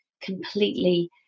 completely